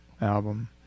album